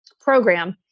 program